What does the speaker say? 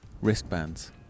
wristbands